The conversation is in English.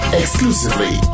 exclusively